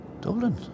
Dublin